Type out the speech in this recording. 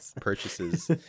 purchases